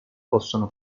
possono